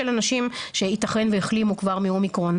של אנשים שייתכן והחלימו כבר מאומיקרון,